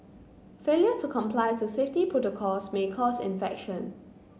failure to comply to safety protocols may cause infection